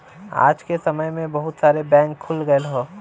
आज के समय में बहुत सारे बैंक खुल गयल हौ